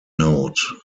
note